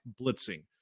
blitzing